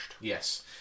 Yes